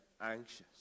anxious